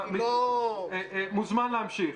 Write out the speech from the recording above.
אתה מוזמן להמשיך.